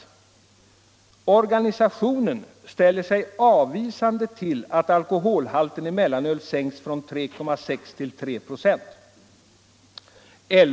Jo, den sade: ”Organisationen ställer sig avvisande till att alkoholhalten i mellanöl sänks från 3,6 till 3,0 procent.